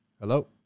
hello